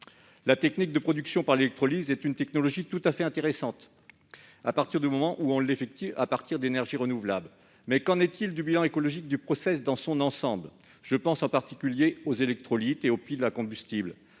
La technique de production par électrolyse est une technologie tout à fait intéressante, dès lors qu'on utilise des énergies renouvelables. Qu'en est-il du bilan écologique du dans son ensemble ? Je pense en particulier aux électrolytes et aux piles à combustible.